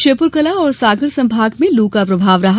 श्योपुरकला और सागर संभाग में लू का प्रभाव रहा